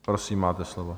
Prosím, máte slovo.